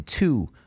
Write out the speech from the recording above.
Two